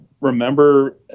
remember